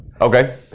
Okay